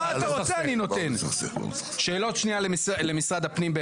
שאלות למשרד הפנים.